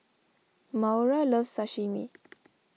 Maura loves Sashimi